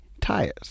tires